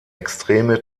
extreme